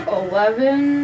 eleven